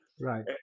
Right